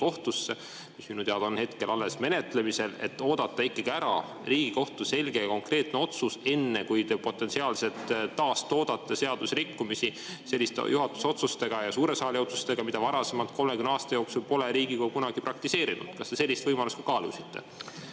Riigikohtusse, mis minu teada on hetkel alles menetlemisel, ja võiks oodata ära Riigikohtu selge ja konkreetse otsuse, enne kui te potentsiaalselt taastoodate seaduserikkumisi selliste juhatuse otsustega ja suure saali otsustega, mida 30 aasta jooksul pole Riigikogu kunagi praktiseerinud? Kas te sellist võimalust ka kaalusite?